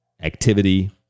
activity